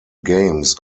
games